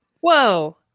whoa